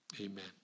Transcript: Amen